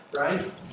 right